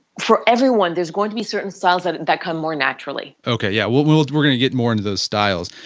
for everyone there is going to be certain styles that that come more naturally okay, yeah. well we're we're going to get more into those styles.